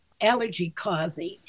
allergy-causing